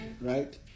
Right